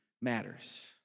matters